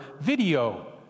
video